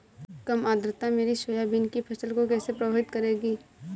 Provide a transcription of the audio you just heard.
कम आर्द्रता मेरी सोयाबीन की फसल को कैसे प्रभावित करेगी?